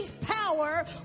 power